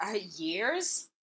years